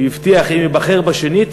הוא הבטיח: אם אבחר בשנית,